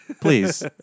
Please